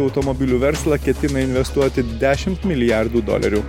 automobilių verslą ketina investuoti dešimt milijardų dolerių